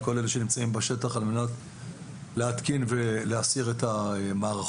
כל אלה שנמצאים בשח על מנת להתקין ולהסיר את המערכות,